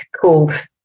called